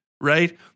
right